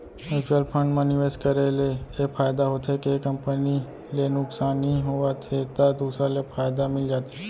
mutual fund म निवेस करे ले ए फायदा होथे के एक कंपनी ले नुकसानी होवत हे त दूसर ले फायदा मिल जाथे